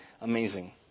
amazing